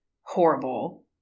horrible